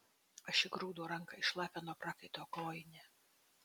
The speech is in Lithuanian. aš įgrūdau ranką į šlapią nuo prakaito kojinę